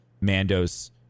Mando's